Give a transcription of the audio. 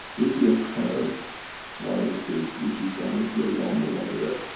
if you had viruses which has damaged your lung, or whatever,